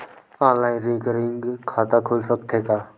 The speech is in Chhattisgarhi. ऑनलाइन रिकरिंग खाता खुल सकथे का?